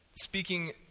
speaking